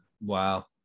wow